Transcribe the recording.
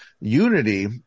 unity